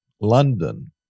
London